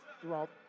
throughout